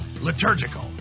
liturgical